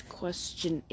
question